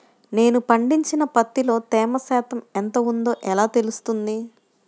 నేను పండించిన పత్తిలో తేమ శాతం ఎంత ఉందో ఎలా తెలుస్తుంది?